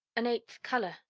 an eighth color,